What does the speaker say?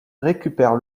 récupère